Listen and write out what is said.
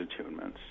attunements